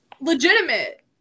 legitimate